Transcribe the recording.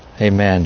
Amen